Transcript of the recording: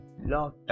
Lockdown